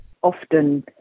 often